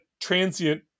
transient